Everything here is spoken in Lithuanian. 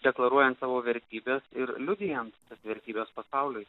deklaruojant savo vertybes ir liudijant tas vertybes pasaulyje